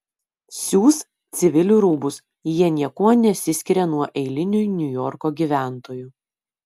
siūs civilių rūbus jie niekuo nesiskiria nuo eilinių niujorko gyventojų